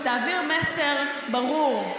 ותעביר מסר ברור,